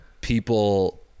people